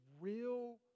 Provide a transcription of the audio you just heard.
real